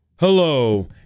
Hello